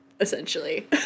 essentially